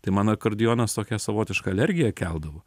tai man akordeonas tokią savotišką alergiją keldavo